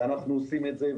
ואנחנו עושים את זה,